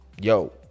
Yo